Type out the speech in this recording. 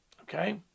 Okay